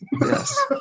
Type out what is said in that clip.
Yes